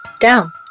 down